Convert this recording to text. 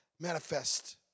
manifest